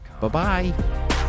Bye-bye